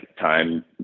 time